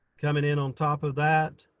coming in on top of that.